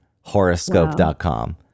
Horoscope.com